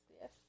Yes